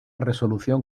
resolución